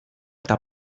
eta